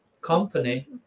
company